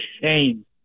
shame